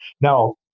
Now